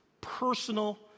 personal